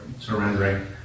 surrendering